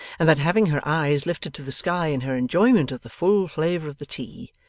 and that having her eyes lifted to the sky in her enjoyment of the full flavour of the tea,